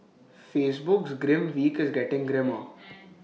Facebook's grim week is getting grimmer